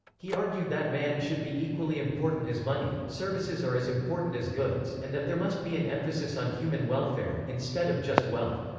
he argued that man should be equally important as money, services are as important as goods, and that there must be an emphasis on human welfare, instead of just wealth.